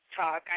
Talk